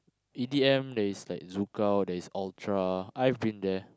E_D_M there is like ZoukOut there is Ultra I've been there